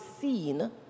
seen